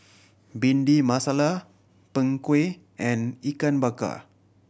Bhindi Masala Png Kueh and Ikan Bakar